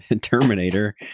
terminator